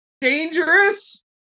dangerous